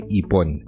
ipon